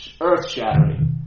earth-shattering